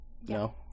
No